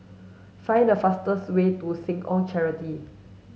find the fastest way to Seh Ong Charity